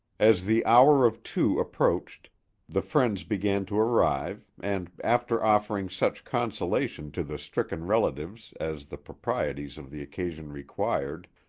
as the hour of two approached the friends began to arrive and after offering such consolation to the stricken relatives as the proprieties of the occasion required,